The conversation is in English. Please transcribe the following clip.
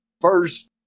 first